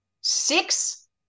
six